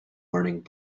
learning